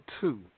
two